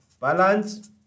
balance